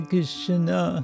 Krishna